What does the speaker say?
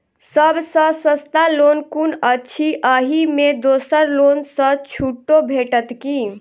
सब सँ सस्ता लोन कुन अछि अहि मे दोसर लोन सँ छुटो भेटत की?